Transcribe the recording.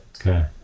Okay